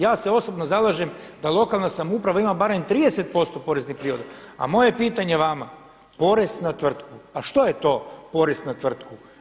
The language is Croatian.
Ja se osobno zalažem da lokalna samouprava ima barem 30% poreznih … A moje je pitanje vama, porez na tvrtku, a što je to porez na tvrtku?